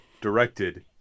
directed